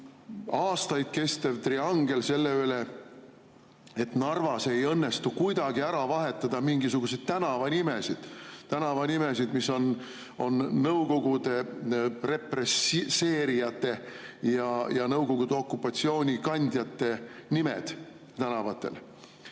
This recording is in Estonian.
aastaid kestev triangel selle üle, et Narvas ei õnnestu kuidagi ära vahetada mingisuguseid tänavanimesid, mis on pandud Nõukogude represseerijate ja Nõukogude okupatsiooni kandjate nimede järgi.